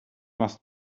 must